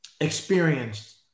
experienced